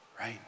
Right